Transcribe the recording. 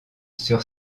sur